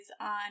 on